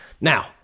Now